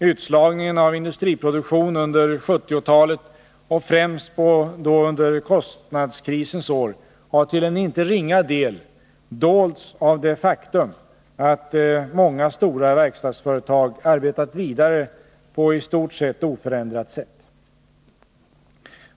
Utslagningen av industriproduktion under 1970-talet och då främst under kostnadskrisens år har till en inte ringa del dolts av det faktum att många stora verkstadsföretag arbetat vidare på i stort sett oförändrat vis.